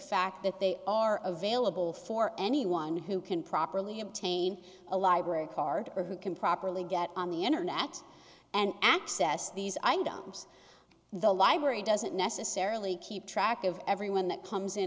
fact that they are available for anyone who can properly obtain a library card or who can properly get on the internet and access these items the library doesn't necessarily keep track of everyone that comes in